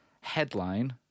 headline